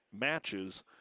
matches